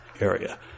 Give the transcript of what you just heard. area